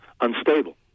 unstable